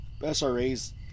SRA's